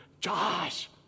Josh